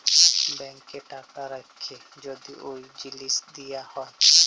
ব্যাংকে টাকা রাখ্যে যদি এই জিলিস দিয়া হ্যয়